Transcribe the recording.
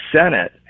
senate